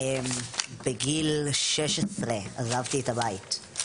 בגיל 16 עזבתי את הבית.